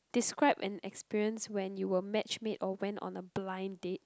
describe an experience when you were match made or went on a blind date